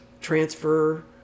transfer